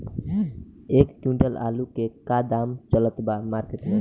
एक क्विंटल आलू के का दाम चलत बा मार्केट मे?